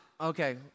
okay